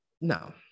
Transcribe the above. no